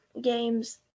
games